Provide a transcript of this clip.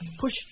push